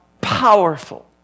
powerful